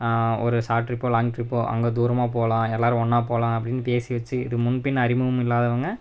ஒரு சார்ட் ட்ரிப்போ லாங் ட்ரிப்போ அங்கே தூரமாக போகலாம் எல்லோரும் ஒன்னாக போகலாம் அப்படினு பேசி வெச்சி இது முன் பின் அறிமுகம் இல்லாதவங்க